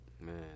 Man